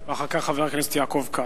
אחר כך, חבר הכנסת יעקב כץ,